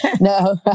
no